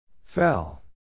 Fell